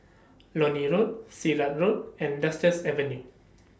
Lornie Road Sirat Road and Avenue